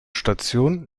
station